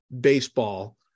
baseball